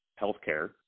healthcare